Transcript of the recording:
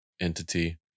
entity